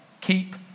keep